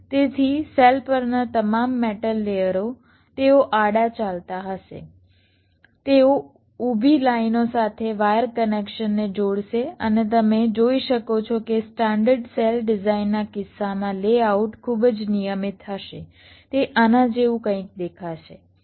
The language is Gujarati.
તેથી સેલ પરના તમામ મેટલ લેયરો તેઓ આડા ચાલતા હશે તેઓ ઊભી લાઇનો સાથે વાયર કનેક્શનને જોડશે અને તમે જોઈ શકો છો કે સ્ટાન્ડર્ડ સેલ ડિઝાઇનના કિસ્સામાં લેઆઉટ ખૂબ જ નિયમિત હશે તે આના જેવું કંઈક દેખાશે બરાબર